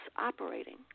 operating